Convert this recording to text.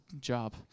Job